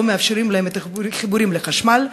לא מאפשרים להם חיבור לחשמל,